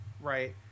right